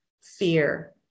fear